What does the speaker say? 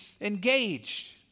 engaged